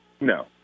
No